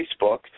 Facebook